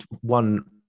one